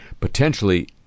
potentially